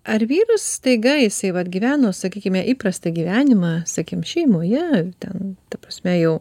ar vyras staiga jisai vat gyveno sakykime įprastą gyvenimą sakykim šeimoje ten ta prasme jau